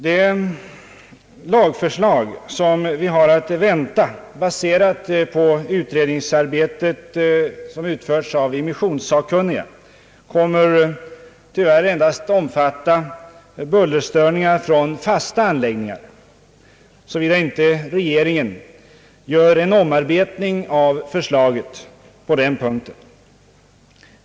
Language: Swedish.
Det lagförslag vi har att vänta, baserat på det utredningsarbete som utförts av immissionssakkunniga, kommer tyvärr endast att omfatta bullerstörningar från fasta anläggningar, såvida inte regeringen gör en omarbetning av förslaget på den punkten.